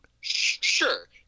Sure